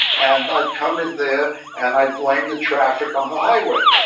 and i'd come in there and i'd blame the traffic on the highway,